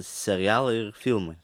serialai ir filmai